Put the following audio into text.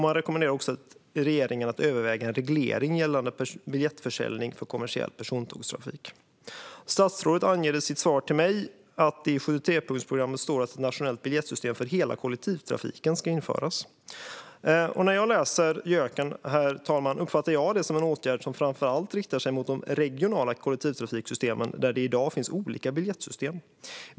Man rekommenderar också regeringen att överväga en reglering gällande biljettförsäljning för kommersiell persontågstrafik. Statsrådet sa i sitt svar till mig att det i 73-punktsprogrammet står att ett nationellt biljettsystem för hela kollektivtrafiken ska införas. När jag läser JÖK:en, herr talman, uppfattar jag det som en åtgärd som framför allt riktar sig mot de regionala kollektivtrafiksystemen, där det i dag finns olika biljettsystem.